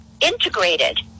integrated